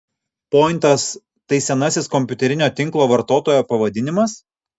pointas tai senasis kompiuterinio tinklo vartotojo pavadinimas